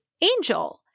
Angel